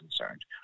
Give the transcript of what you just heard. concerned